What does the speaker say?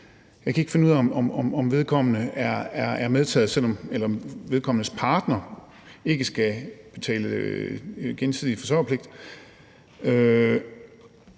Jeg kan ikke finde ud af, om vedkommende er medtaget, eller om vedkommendes partner skal betale i henhold til den gensidige forsørgerpligt,